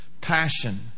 passion